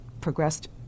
progressed